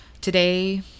today